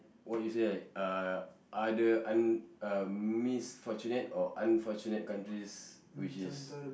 what you say like uh other un~ um misfortunate or unfortunate countries which is